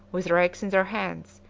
with rakes in their hands,